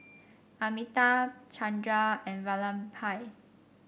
Amitabh Chandra and Vallabhbhai